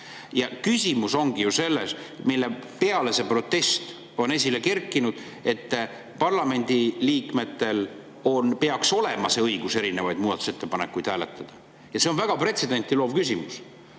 Küsimus ongi ju selles – mille tõttu see protest on esile kerkinud –, et parlamendiliikmetel peaks olema õigus erinevaid muudatusettepanekuid hääletada. Ja see on väga pretsedenti loov küsimus.